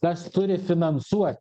kas turi finansuot